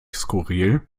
skurril